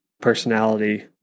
personality